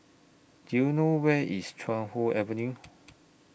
Do YOU know Where IS Chuan Hoe Avenue